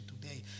today